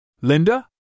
Linda